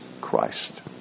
Christ